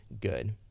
good